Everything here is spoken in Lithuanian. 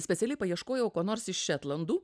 specialiai paieškojau ko nors iš šetlandų